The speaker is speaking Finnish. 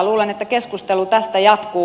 luulen että keskustelu tästä jatkuu